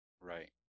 Right